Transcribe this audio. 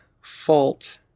fault